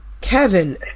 Kevin